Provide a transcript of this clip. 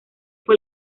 fue